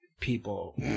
people